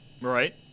right